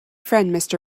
friend